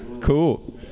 Cool